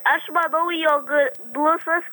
aš manau jog blusos